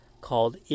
called